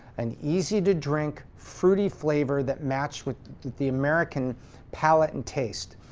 an easy to drink, fruity flavor that matched with the american palate and taste.